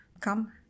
come